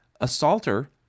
assaulter